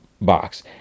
box